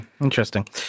Interesting